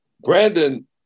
Brandon